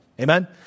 Amen